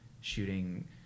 shooting